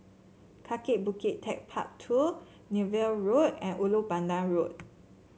Kaki Bukit TechparK Two Niven Road and Ulu Pandan Road